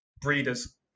breeders